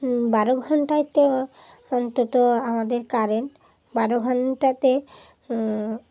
বারো ঘণ্টাতে অন্তত আমাদের কারেন্ট বারো ঘণ্টাতে